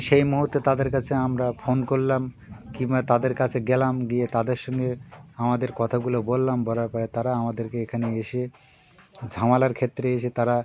সেই মুহূর্তে তাদের কাছে আমরা ফোন করলাম কিংবা তাদের কাছে গেলাম গিয়ে তাদের সঙ্গে আমাদের কথাগুলো বললাম বলার পরে তারা আমাদেরকে এখানে এসে ঝামালার ক্ষেত্রে এসে তারা